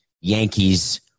Yankees